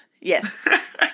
Yes